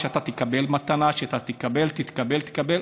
אתה תקבל מתנה, תקבל, תקבל.